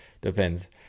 depends